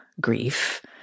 grief